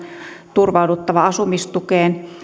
turvauduttava asumistukeen